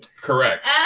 Correct